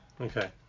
Okay